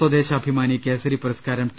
സ്വദേശാഭിമാനി കേസരി പുരസ്കാരം ടി